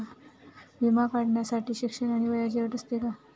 विमा काढण्यासाठी शिक्षण आणि वयाची अट असते का?